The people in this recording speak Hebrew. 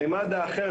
הממד השני,